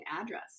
address